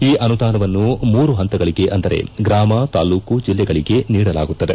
ಈ ಅನುದಾನವನ್ನು ಮೂರು ಪಂತಗಳಿಗೆ ಅಂದರೆ ಗ್ರಾಮ ತಾಲೂಕು ಜಿಲ್ಲೆಗಳಿಗೆ ನೀಡಲಾಗುತ್ತದೆ